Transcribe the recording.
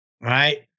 right